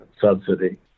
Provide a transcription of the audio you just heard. subsidy